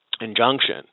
injunction